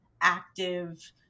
active